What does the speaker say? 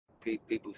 People